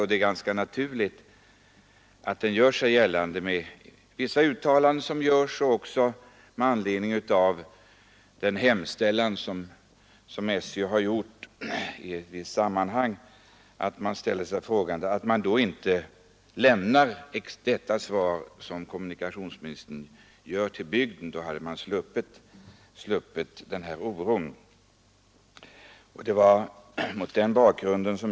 Att man känner oro är ganska naturligt med tanke på vissa uttalanden och med tanke på den hemställan SJ gjort i ett visst sammanhang. Om man hade lämnat beskedet då, hade denna oro kunnat undvikas.